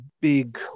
big